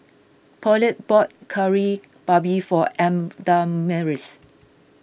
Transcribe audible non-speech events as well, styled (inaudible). Paulette bought Kari Babi for (unintelligible)